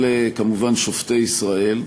אלה, כמובן, שופטי ישראל.